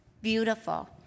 Beautiful